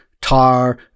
tar